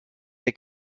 der